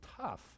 tough